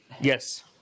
yes